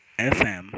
fm